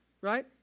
Right